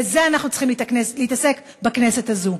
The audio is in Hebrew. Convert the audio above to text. בזה אנחנו צריכים להתעסק בכנסת הזאת.